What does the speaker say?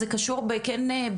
זה קשור במשכורות,